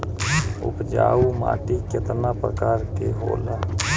उपजाऊ माटी केतना प्रकार के होला?